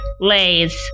lays